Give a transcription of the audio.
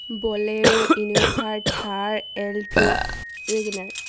bolero Innova Thar alto WagonR